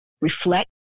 reflect